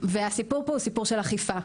והסיפור פה הוא סיפור של אכיפה.